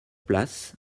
place